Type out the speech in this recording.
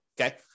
Okay